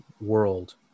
world